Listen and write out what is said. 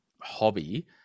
hobby